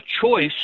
choice